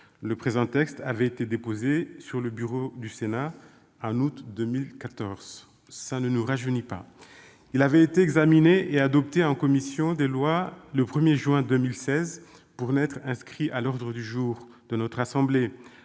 le présent texte avait été déposé sur le bureau du Sénat en août 2014- ça ne nous rajeunit pas ! Il avait été examiné et adopté en commission des lois le 1 juin 2016, pour n'être inscrit à l'ordre du jour de notre assemblée,